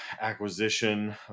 acquisition